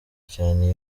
cyane